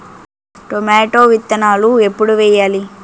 Tomato విత్తనాలు ఎప్పుడు వెయ్యాలి?